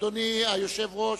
אדוני היושב-ראש,